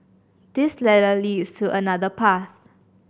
this ladder leads to another path